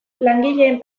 langileen